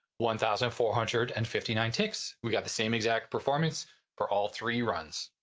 one thousand four hundred and fifty nine ticks we got the same exact performance for all three runs.